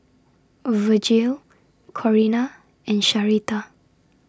Virgil Corina and Sharita